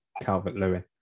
Calvert-Lewin